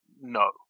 no